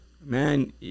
man